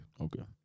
Okay